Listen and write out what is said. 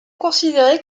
considérée